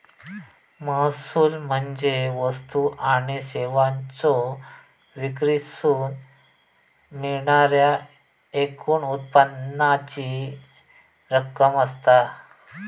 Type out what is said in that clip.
महसूल म्हणजे वस्तू आणि सेवांच्यो विक्रीतसून मिळणाऱ्या एकूण उत्पन्नाची रक्कम असता